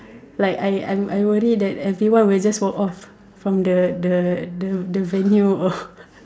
like I I'm worried that everyone would just walk off from the the the venue or